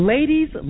Ladies